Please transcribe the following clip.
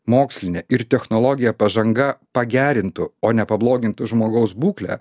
mokslinė ir technologijų pažanga pagerintų o ne pablogintų žmogaus būklę